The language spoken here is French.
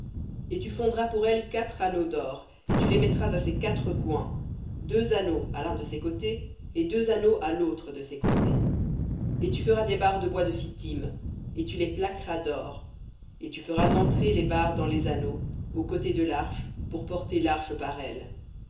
et tu fondras pour elle quatre anneaux d'or et tu les mettras à ses quatre coins deux anneaux à l'un de ses côtés et deux anneaux à l'autre de ses côtés et tu feras des barres de bois de sittim et tu les plaqueras dor et tu feras entrer les barres dans les anneaux aux côtés de l'arche pour porter l'arche par elles